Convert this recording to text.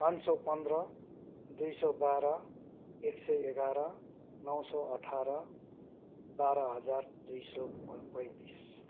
पाँच सय पन्ध्र दुई सय बाह्र एक सय एघार नौ सय अठार बाह्र हजार दुई सय पै पैँतिस